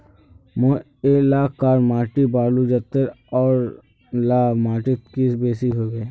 मोर एलाकार माटी बालू जतेर ओ ला माटित की बेसी हबे?